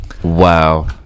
Wow